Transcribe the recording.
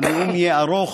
הנאום יהיה ארוך,